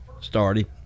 started